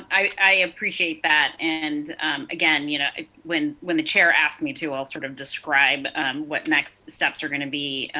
i appreciate that, and again, you know when, when the chair asked me to, i will sort of describe what next steps are going to be,